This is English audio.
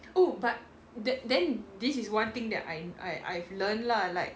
oh but then then this is one thing that I I I've learn lah like